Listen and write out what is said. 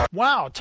wow